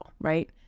right